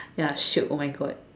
ya shiok oh my god